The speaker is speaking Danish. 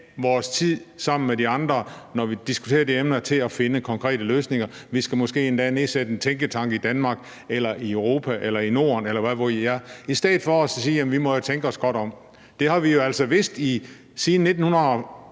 vores tid sammen med de andre, når vi diskuterer det emne, til at finde konkrete løsninger, vi skal måske endda nedsætte en tænketank i Danmark eller i Europa eller i Norden, eller hvor det nu er. Vi har altså vidst, ja, siden 2015 har vi i hvert fald været